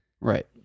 Right